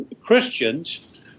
Christians